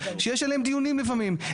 שיש עליהם דיונים לפעמים.